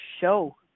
show